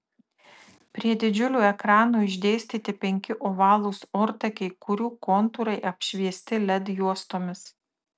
prie didžiulių ekranų išdėstyti penki ovalūs ortakiai kurių kontūrai apšviesti led juostomis